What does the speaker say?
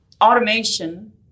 Automation